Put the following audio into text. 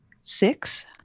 Six